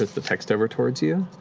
the text over towards you.